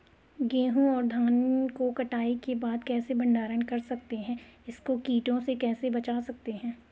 गेहूँ और धान को कटाई के बाद कैसे भंडारण कर सकते हैं इसको कीटों से कैसे बचा सकते हैं?